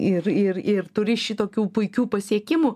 ir ir ir turi šitokių puikių pasiekimų